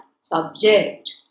subject